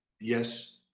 Yes